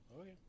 Okay